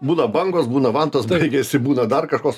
būna bangos būna vantos baigiasi būna dar kažkoks